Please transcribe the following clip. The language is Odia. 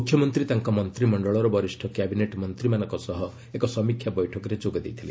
ମୁଖ୍ୟମନ୍ତ୍ରୀ ତାଙ୍କ ମନ୍ତିମଶ୍ଚଳର ବରିଷ୍ଣ କ୍ୟାବିନେଟ୍ ମନ୍ତ୍ରୀମାନଙ୍କ ସହ ଏକ ସମୀକ୍ଷା ବୈଠକରେ ଯୋଗ ଦେଇଥିଲେ